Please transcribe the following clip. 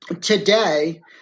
today